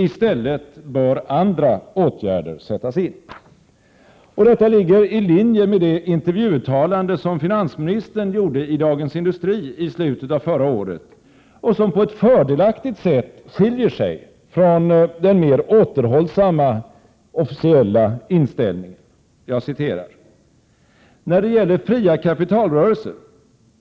I stället bör andra åtgärder sättas in.” Detta ligger i linje med det intervjuuttalande som finansministern gjorde i Dagens Industri i slutet av förra året och som på ett fördelaktigt sätt skiljer sig från den mer återhållsamma officiella inställningen: ”När det gäller fria kapitalrörelser,